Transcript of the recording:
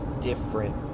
different